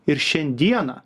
ir šiandieną